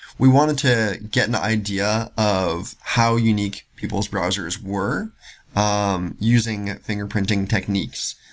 we wanted to get an idea of how unique people's browsers were um using fingerprinting techniques,